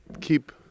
keep